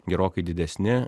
gerokai didesni